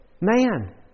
man